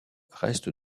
restent